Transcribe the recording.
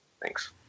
thanks